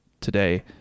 today